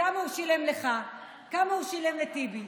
כמה הוא שילם לך, כמה הוא שילם לטיבי.